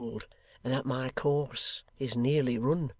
and that my course is nearly run.